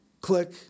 Click